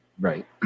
Right